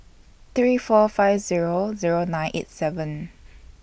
three four five Zero Zero nine eight seven